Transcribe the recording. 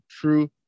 true